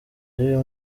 y’uyu